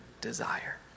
desire